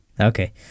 Okay